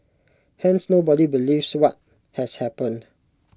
hence nobody believes what has happened